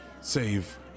save